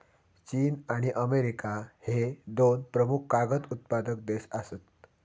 चीन आणि अमेरिका ह्ये दोन प्रमुख कागद उत्पादक देश आसत